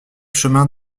chemin